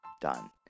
Done